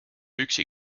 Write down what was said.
üksi